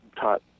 taught